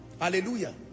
hallelujah